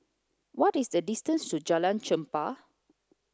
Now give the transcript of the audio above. what is the distance to Jalan Chempah